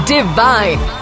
Divine